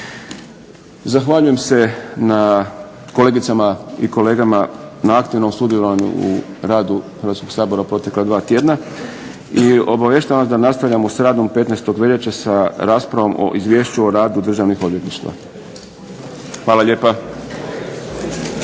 Zahvaljujem se kolegicama i kolegama na aktivnom sudjelovanju u radu Hrvatskog sabora u protekla dva tjedna i obavještavam vas da nastavljamo s radom 15.veljače sa raspravom o Izvješću o radu Državnih odvjetništava. Hvala lijepa.